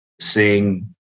seeing